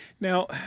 Now